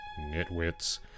nitwits